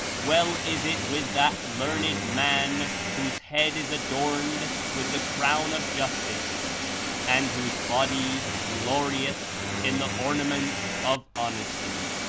well is it with that learned man whose head is adorned with the crown of justice and whose body glorleth in the ornament of honesty.